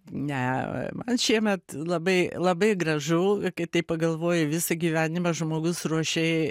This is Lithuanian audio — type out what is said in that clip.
ne man šiemet labai labai gražu ir kai taip pagalvoji visą gyvenimą žmogus ruošei